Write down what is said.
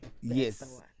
Yes